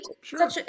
Sure